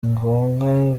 konka